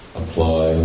apply